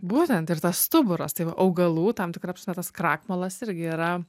būtent ir tas stuburas tai augalų tam tikra prasme tas krakmolas irgi yra